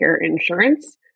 insurance